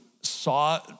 saw